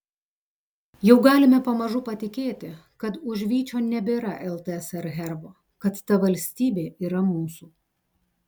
jau galime pamažu patikėti kad už vyčio nebėra ltsr herbo kad ta valstybė yra mūsų